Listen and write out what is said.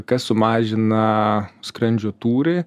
kas sumažina skrandžio tūrį